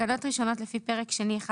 תקנות ראשונות 39. תקנות ראשונות לפי פרק שני1